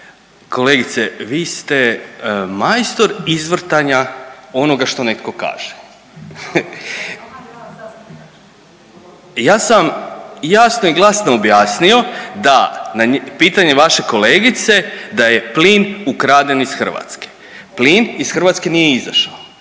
Kolegice vi ste majstor izvrtanja onoga što netko kaže. …/Upadica se ne razumije./… Ja sam jasno i glasno objasnio da na pitanje vaše kolegice da je plin ukraden iz Hrvatske, plin iz Hrvatske nije izašao,